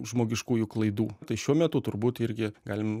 žmogiškųjų klaidų tai šiuo metu turbūt irgi galim